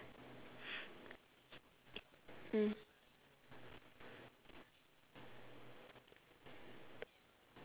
mm